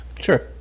Sure